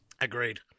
Agreed